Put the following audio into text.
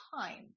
time